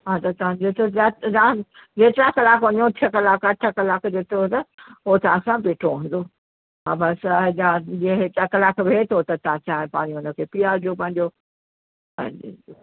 हा त तव्हां जेतिरो जेतिरा एक्स्ट्रा कलाक वञो छह कलाक अठ कलाक जेतिरो त उहो त सां बीठो हूंदो हा बसि जेतिरा कलाक बीहे थो त तव्हां चांहि पाणी तव्हांखे पीआरिजो पंहिंजो हा जी